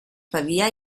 pavia